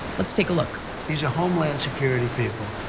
let's take a look. he's a homeland security people.